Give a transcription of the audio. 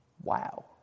Wow